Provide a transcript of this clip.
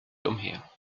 umher